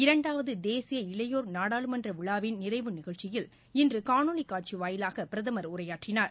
இரண்டாவது தேசிய இளையோர் நாடாளுமன்ற விழாவின் நிறைவு நிகழ்ச்சியில் இன்று காணொலி காட்சி வாயிலாக பிரதமர் உரையாற்றினார்